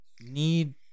need